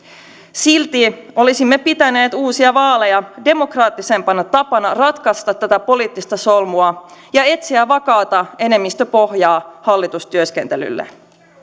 silti olisimme pitäneet uusia vaaleja demokraattisempana tapana ratkaista tätä poliittista solmua ja etsiä vakaata enemmistöpohjaa hallitustyöskentelylle